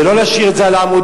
ולא להשאיר את זה על עמודים.